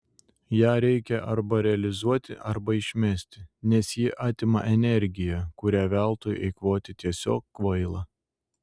ją reikia arba realizuoti arba išmesti nes ji atima energiją kurią veltui eikvoti tiesiog kvaila